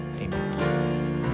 Amen